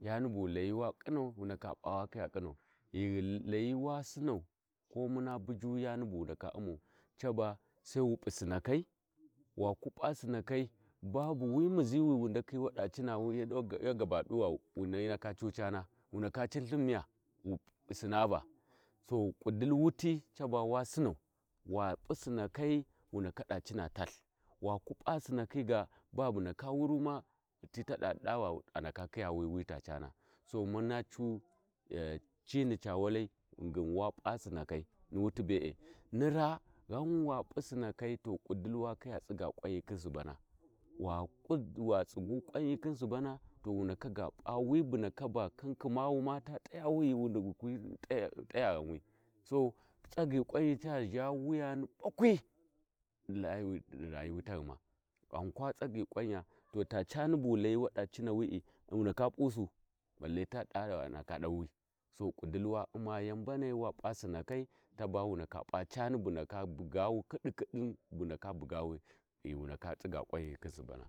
yi buwi Layi wa ƙinnau wu ndaka p’a wa ƙinnau ghi Layi wa ƙinnau wu ndaka p’a wa ƙiunau ghi layi wa Sinnau ko muna buji yani bu wu ndaka umau taba Sai wu p’u Sinakai bawu wu muzi wiwa ndakhi Vaya au cana wu ndaka cinlthin miya wu Sinna va to kudilli wuti wa cinau wa p’u Sinnakai Wu ndaka da cina talh waku p’a Sinnakhi ga ba bu ndaka wuru ma hifi ta duva a ndaka wu ghi teta cana So muma cu cini ca Sinnakhai ghingi wa p’a Sinakai ni wuti bee ni me ghan wa p’u Sinankai to kuddilli wa kiya tsigga kwayi khin subana wa wa tsiggu kwayi khin subana wa ndaka ga p’a wi bu ndaka khunkhimawu ma ta tayawu kwi t’aya ghanwi So tsagyi Kwayi ca zha wuyawi ɓakwi di rayuwi taghuma ghan kwa tsagiyi ƙwanya to ta cani buwu wu layi wada cinawi’I wi’I wu ndaka p’usu bale to dava a nda dauwi to ƙuddili mbanai wa p’a Sinnaki to wu daka p’a cani kidikidiu wa p’a rayuwi khin Subana.